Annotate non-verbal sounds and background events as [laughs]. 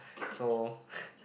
so [laughs]